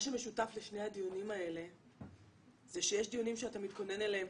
מה שמשותף לשני הדיונים הוא שיש דיונים שאתה מתכונן אליהם,